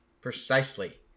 Precisely